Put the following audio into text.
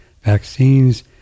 Vaccines